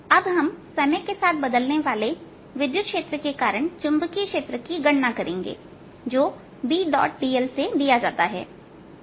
अब हम समय के साथ बदलने वाले विद्युत क्षेत्र के कारण चुंबकीय क्षेत्र की गणना करेंगे जो Bdl से दिया जाता है